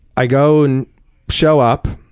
i go and show up.